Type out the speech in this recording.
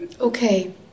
Okay